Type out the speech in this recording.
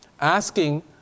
asking